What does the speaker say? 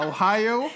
Ohio